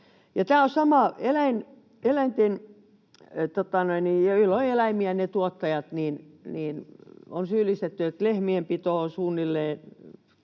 joilla on eläimiä, on syyllistetty, että lehmien pito on suunnilleen